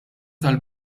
tal